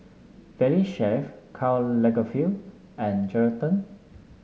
Valley Chef Karl Lagerfeld and Geraldton